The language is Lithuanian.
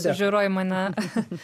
sužiuro į mane